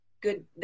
good